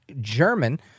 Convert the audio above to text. German